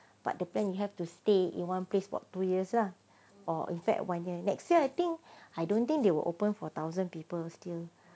but then you have to stay in one place for two years lah or in fact one year next year I think I don't think they will open for thousand people still